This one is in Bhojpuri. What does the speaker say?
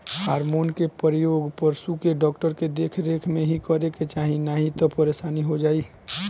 हार्मोन के प्रयोग पशु के डॉक्टर के देख रेख में ही करे के चाही नाही तअ परेशानी हो जाई